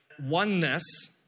oneness